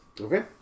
Okay